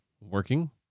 working